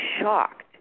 shocked